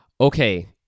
Okay